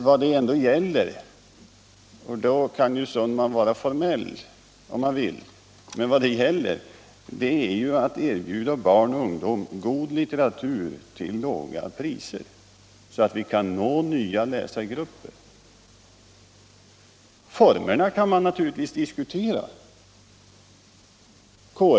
Vad det ändå gäller är att erbjuda barn och ungdom god litteratur till ' lågt pris, så att vi kan nå nya läsargrupper. Herr Sundman kan givetvis vara formell om han vill, och vi kan naturligtvis diskutera formerna.